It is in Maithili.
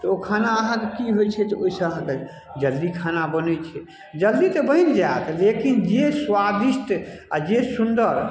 तऽ ओ खाना अहाँके कि होइ छै तऽ ओइसँ अहाँके जल्दी खाना बनै छै जल्दी तऽ बनि जायत लेकिन जे स्वादिष्ट आओर जे सुन्दर